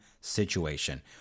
situation